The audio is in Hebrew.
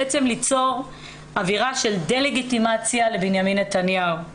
בעצם ליצור אווירה של דה לגיטימציה לבנימין נתניהו.